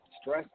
Stress